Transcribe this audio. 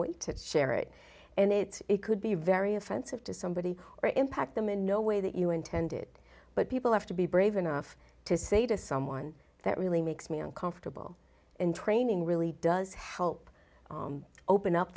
wait to share it and it's it could be very offensive to somebody or impact them in no way that you intended but people have to be brave enough to say to someone that really makes me uncomfortable and training really does help open up